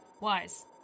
wise